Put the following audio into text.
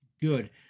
good